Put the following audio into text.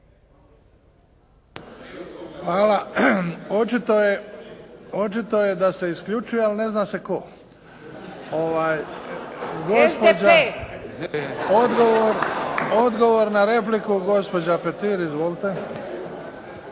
Hvala. Očito je da se isključuje, ali ne zna se tko. **Šolić, Božica